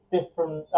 different